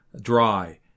dry